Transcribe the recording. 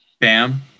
Bam